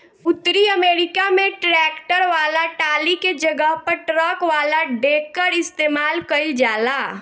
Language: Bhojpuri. उतरी अमेरिका में ट्रैक्टर वाला टाली के जगह पर ट्रक वाला डेकर इस्तेमाल कईल जाला